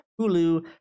hulu